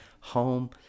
home